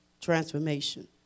transformation